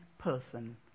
person